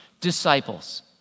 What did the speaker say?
disciples